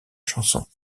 chanson